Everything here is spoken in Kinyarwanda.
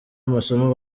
amasomo